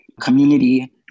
community